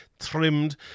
trimmed